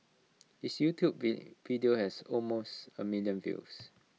his YouTube video has almost A million views